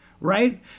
right